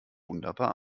wunderbar